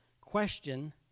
question